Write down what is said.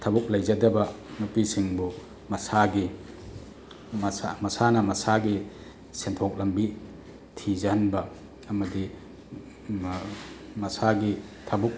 ꯊꯕꯛ ꯂꯩꯖꯗꯕ ꯅꯨꯄꯤꯁꯤꯡꯕꯨ ꯃꯁꯥꯒꯤ ꯃꯁꯥꯅ ꯃꯁꯥꯒꯤ ꯁꯦꯟꯊꯣꯛ ꯂꯝꯕꯤ ꯊꯤꯖꯍꯟꯕ ꯑꯃꯗꯤ ꯃꯁꯥꯒꯤ ꯊꯕꯛ